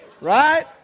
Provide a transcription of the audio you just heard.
Right